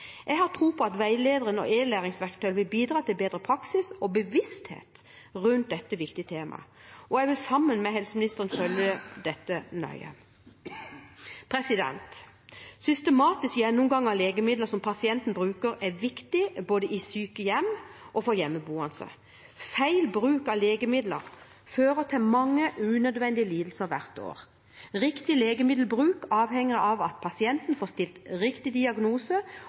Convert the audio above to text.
Jeg har tro på at veilederen og e-læringsverktøyet vil bidra til bedre praksis og bevissthet rundt dette viktige temaet, og jeg vil sammen med helseministeren følge opp dette nøye. En systematisk gjennomgang av legemidler som pasienten bruker, er viktig både i sykehjem og for hjemmeboende. Feil bruk av legemidler fører til mange unødvendige lidelser hvert år. Riktig legemiddelbruk avhenger av at pasienten får stilt riktig diagnose